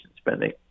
spending